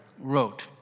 wrote